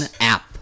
App